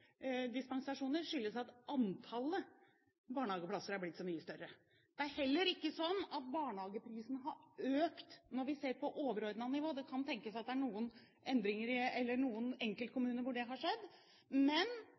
dispensasjoner, skyldes at antallet barnehageplasser er blitt så mye større. Det er heller ikke sånn at barnehageprisen har økt når vi ser på overordnet nivå – det kan tenkes at det er noen enkeltkommuner hvor det har skjedd. Men det er sånn at reduksjonen i